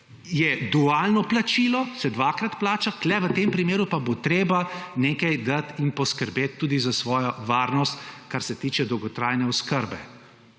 je dualno plačilo, se dvakrat plača. Tukaj, v tem primeru pa bo treba nekaj dati in poskrbeti tudi za svojo varnost, kar se tiče dolgotrajne oskrbe.